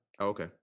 Okay